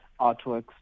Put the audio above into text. artworks